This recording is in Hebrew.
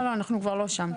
לא לא, אנחנו כבר לא שם.